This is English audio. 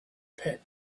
pit